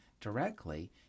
directly